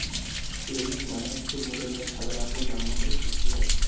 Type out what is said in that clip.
radish মানে হচ্ছে মূলো যা সাদা রঙের লম্বা করে সবজি হয়